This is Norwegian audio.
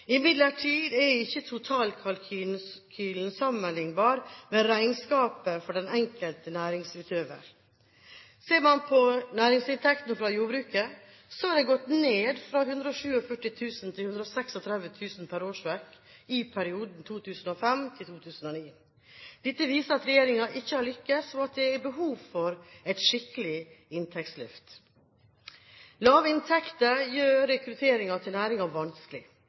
Imidlertid er ikke totalkalkylen sammenlignbar med regnskapet for den enkelte næringsutøver. Ser man på næringsinntekten fra jordbruket, er den gått ned fra 147 000 kr til 136 000 kr per årsverk i perioden 2005–2009. Dette viser at regjeringen ikke har lyktes, og at det er behov for et skikkelig inntektsløft. Lave inntekter gjør rekrutteringen til næringen vanskelig.